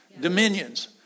Dominions